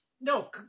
no